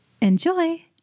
Enjoy